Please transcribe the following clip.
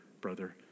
brother